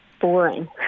boring